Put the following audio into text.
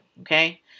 okay